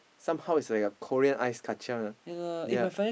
somehow it is like a Korean ice-kacang ah yea